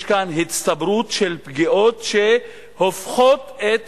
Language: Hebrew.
יש כאן הצטברות של פגיעות שהופכות את